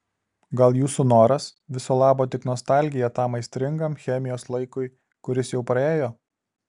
gal jūsų noras viso labo tik nostalgija tam aistringam chemijos laikui kuris jau praėjo